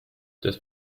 das